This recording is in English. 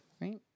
right